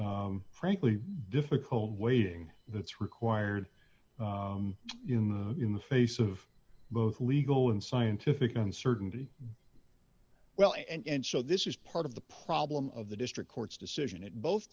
frankly difficult waiting that's required in the face of both legal and scientific uncertainty well and so this is part of the problem of the district court's decision it both